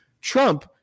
Trump